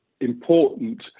important